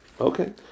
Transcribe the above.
Okay